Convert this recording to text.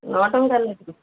ନଅଟଙ୍କା ଲାଖେ